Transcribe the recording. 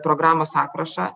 programos aprašą